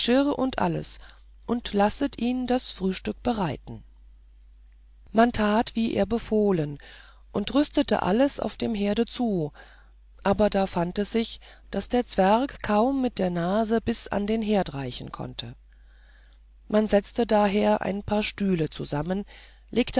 und alles und lasset ihn das frühstück bereiten man tat wie er befohlen und rüstete alles auf dem herde zu aber da fand es sich daß der zwerg kaum mit der nase bis an den herd reichen konnte man setzte daher ein paar stühle zusammen legte